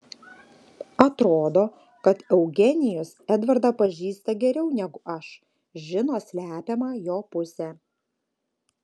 atrodo kad eugenijus edvardą pažįsta geriau negu aš žino slepiamą jo pusę